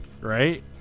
right